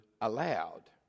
allowed